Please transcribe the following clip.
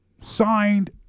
signed